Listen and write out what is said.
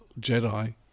Jedi